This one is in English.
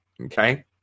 Okay